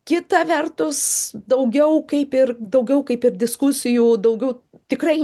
kita vertus daugiau kaip ir daugiau kaip ir diskusijų daugiau tikrai